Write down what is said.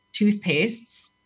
toothpastes